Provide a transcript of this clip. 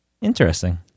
Interesting